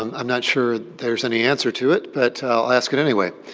um i'm not sure there's an answer to it, but i'll ask it anyway.